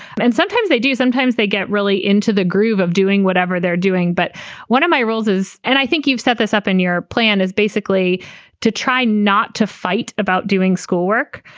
and sometimes they do. sometimes they get really into the groove of doing whatever they're doing. but one of my roles is and i think you've set this up in your plan is basically to try not to fight about doing schoolwork.